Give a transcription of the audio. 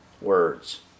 words